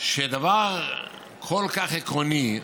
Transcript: שדבר כל כך עקרוני,